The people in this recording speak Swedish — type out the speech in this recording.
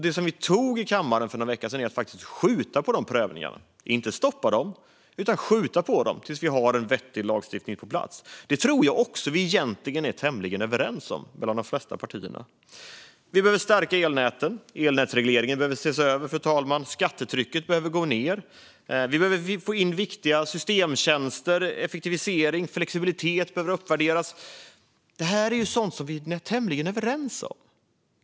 Det som vi beslutade i kammaren för någon vecka sedan var faktiskt inte att stoppa prövningarna utan att skjuta på dem tills vi har en vettig lagstiftning på plats. Det tror jag också att vi egentligen är tämligen överens om mellan de flesta av partierna. Vi behöver stärka elnäten. Elnätsregleringen behöver ses över, fru talman, och skattetrycket behöver minska. Vi behöver få in viktiga systemtjänster och effektivisering, och flexibilitet behöver uppvärderas. Det här är sådant som vi är tämligen överens om.